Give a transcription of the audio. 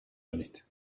کنید